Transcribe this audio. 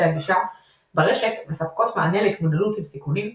הגישה ברשת מספקות מענה להתמודדות עם סיכונים אלו.